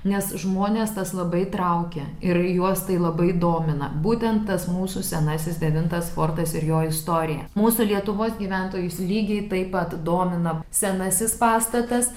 nes žmones tas labai traukia ir juos tai labai domina būtent tas mūsų senasis devintas fortas ir jo istorija mūsų lietuvos gyventojus lygiai taip pat domina senasis pastatas